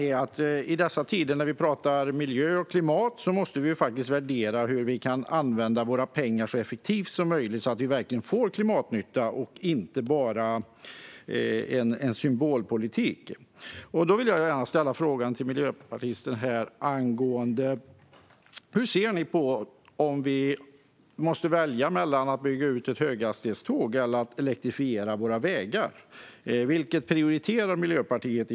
I dessa tider när vi pratar om miljö och klimat måste vi värdera hur pengarna kan användas så effektivt som möjligt så att det verkligen blir klimatnytta och inte bara symbolpolitik. Därför har jag följande frågor till Miljöpartiets representant här. Hur ser ni på att välja mellan att bygga ut för höghastighetståg eller att elektrifiera våra vägar? Vilket prioriterar Miljöpartiet?